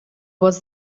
was